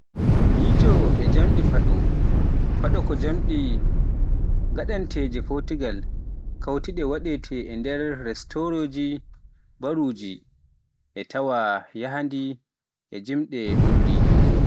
Miijo e jimɗi Fado. Fado ko jimɗi gaadanteeji Portigaal, keewɗi waɗeede e nder restoraaji e baaruuji, tawa ina yahdi e jimɗi ɓuuɓɗi.